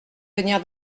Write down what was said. venir